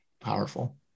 powerful